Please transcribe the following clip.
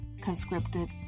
conscripted